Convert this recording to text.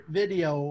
video